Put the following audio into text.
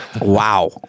Wow